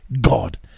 God